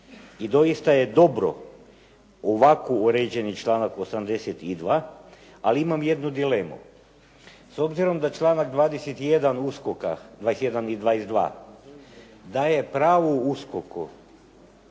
I doista je dobro ovako uređeni članak 82., ali imam jednu dilemu. S obzirom da članak 21. USKOK-a, 21. i 22. daje pravo